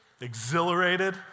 exhilarated